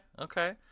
okay